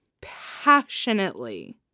passionately